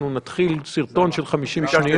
אנחנו נתחיל עם סרטון 50 שניות.